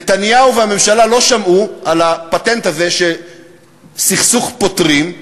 נתניהו והממשלה לא שמעו על הפטנט הזה שסכסוך פותרים,